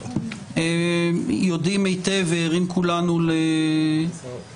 שאנחנו יודעים היטב וערים כולנו למציאות,